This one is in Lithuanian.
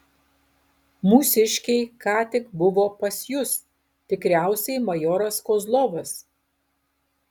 mūsiškiai ką tik buvo pas jus tikriausiai majoras kozlovas